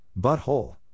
butthole